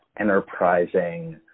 enterprising